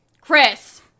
chris